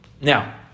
now